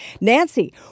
Nancy